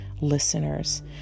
listeners